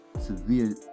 severe